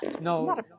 no